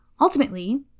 Ultimately